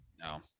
No